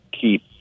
keep